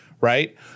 right